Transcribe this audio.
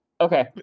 Okay